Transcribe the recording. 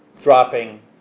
dropping